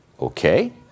Okay